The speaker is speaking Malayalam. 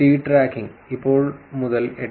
സീഡ് ട്രാക്കിംഗ് ഇപ്പോൾ മുതൽ 8